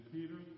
Peter